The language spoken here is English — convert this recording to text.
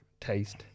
taste